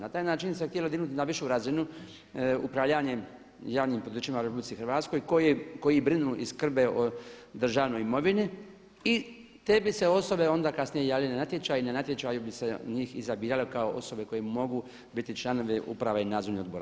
Na taj način se htjelo dignuti na višu razinu upravljanje javnim poduzećima u RH koji brinu i skrbe o državnoj imovini i te bi se osobe onda kasnije javile na natječaj, i na natječaju bi se njih izabiralo kao osobe koje mogu biti članovi uprave i nadzornih odbora.